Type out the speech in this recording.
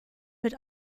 mit